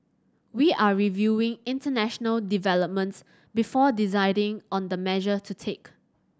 we are reviewing international developments before deciding on the measure to take